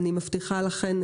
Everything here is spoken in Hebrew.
אני מבטיחה לכן,